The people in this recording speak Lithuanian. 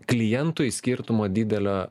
klientui skirtumo didelio